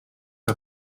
que